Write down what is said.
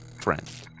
friends